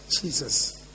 Jesus